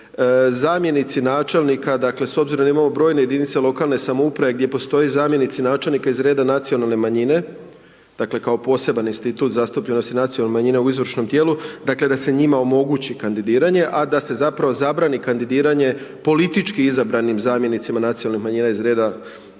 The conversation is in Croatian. zamjenici načelnika, s obzirom da imamo brojne jedinice lokalne samouprave, gdje postoje zamjenici načelnika, iz reda nacionalne manjine, dakle, kao poseban institut zastupljenosti nacionalne manjine u izvršnom tijelu, da se njima omogući kandidiranje, a da se zapravo zabrani kandidiranje, političkim izabranim zamjenicima nacionalnih manjina iz reda